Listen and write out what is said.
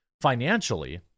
financially